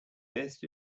best